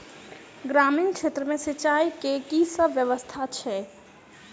ग्रामीण क्षेत्र मे सिंचाई केँ की सब व्यवस्था छै?